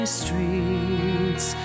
streets